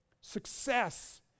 Success